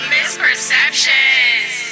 Misperceptions